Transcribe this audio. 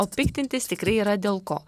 o piktintis tikrai yra dėl ko